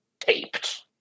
taped